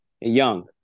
young